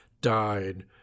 died